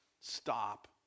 stop